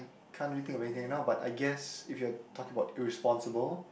can't really think of anything eh now but I guess if you are talking about irresponsible